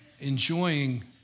enjoying